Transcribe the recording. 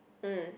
mm